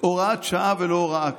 הוראת שעה ולא הוראה קבועה.